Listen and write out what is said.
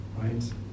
right